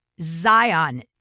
Zion